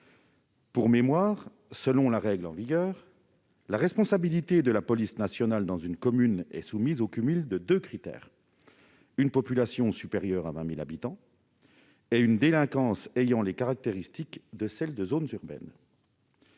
Pour mémoire, selon la règle en vigueur, la responsabilité de la police nationale dans une commune est soumise au cumul de deux critères : une population supérieure à 20 000 habitants et une délinquance ayant les caractéristiques de celle des zones urbaines.